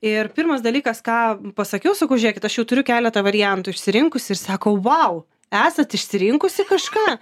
ir pirmas dalykas ką pasakiau sakau žiūrėkit aš jau turiu keletą variantų išsirinkusi ir sako vau esat išsirinkusi kažką